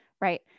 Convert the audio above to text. right